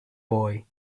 boy